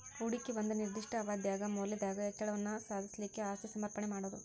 ಹೂಡಿಕಿ ಒಂದ ನಿರ್ದಿಷ್ಟ ಅವಧ್ಯಾಗ್ ಮೌಲ್ಯದಾಗ್ ಹೆಚ್ಚಳವನ್ನ ಸಾಧಿಸ್ಲಿಕ್ಕೆ ಆಸ್ತಿ ಸಮರ್ಪಣೆ ಮಾಡೊದು